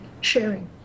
sharing